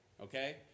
Okay